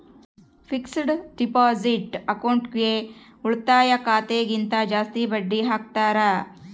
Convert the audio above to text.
fixed deposit ಅಕೌಂಟ್ಗೆ ಉಳಿತಾಯ ಖಾತೆ ಗಿಂತ ಜಾಸ್ತಿ ಬಡ್ಡಿ ಹಾಕ್ತಾರ